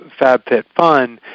FabFitFun